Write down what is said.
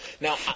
Now